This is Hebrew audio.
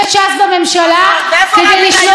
ואיפה רבין ושולמית אלוני היום?